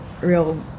real